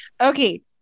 Okay